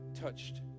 touched